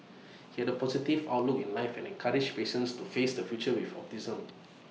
he had A positive outlook in life and encouraged patients to face the future with optimism